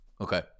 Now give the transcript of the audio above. Okay